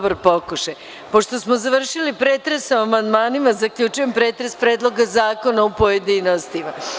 Pošto smo završili pretres o amandmanima, zaključujem pretres Predloga zakona u pojedinostima.